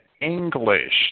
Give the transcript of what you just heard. English